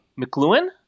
McLuhan